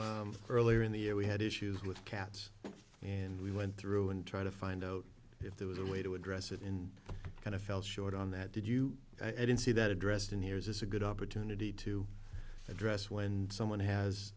know earlier in the year we had issues with cats and we went through and try to find out if there was a way to address it in kind of fell short on that did you i didn't see that addressed in here is this a good opportunity to address when someone has